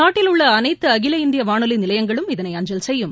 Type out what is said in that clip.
நாட்டிலுள்ள அனைத்து அகில இந்திய வானொலி நிலையங்களும் இதனை அஞ்சல் செய்யும்